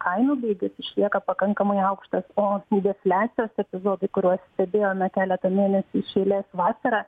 kainų lygis išlieka pakankamai aukštas o defliacijos epizodai kuriuos stebėjome keletą mėnesių iš eilės vasarą